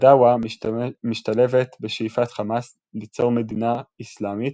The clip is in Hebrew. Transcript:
הדעוה משתלבת בשאיפת חמאס ליצור מדינה אסלאמית,